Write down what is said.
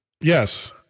Yes